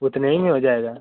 उतने ही में हो जाएगा